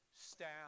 staff